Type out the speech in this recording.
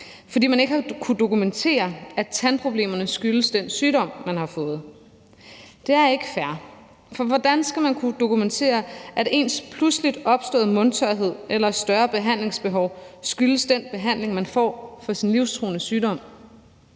fordi man ikke har kunnet dokumentere, at tandproblemerne skyldes den sygdom, man har fået. Det er ikke fair, for hvordan skal man kunne dokumentere, at ens pludseligt opståede mundtørhed eller større behandlingsbehov skyldes den behandling, man får for sin livstruende sygdom?